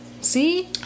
See